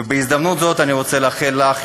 ובהזדמנות זאת אני רוצה לאחל לך,